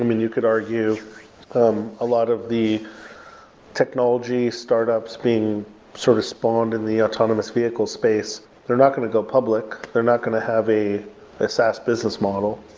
um and you could argue um a lot of the technology startups being sort of spawned in the autonomous vehicle space. they're not going to go public. they're not going to have a a sass business model.